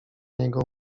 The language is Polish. niego